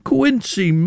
Quincy